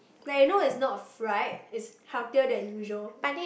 like you know it's not fried it's healthier than usual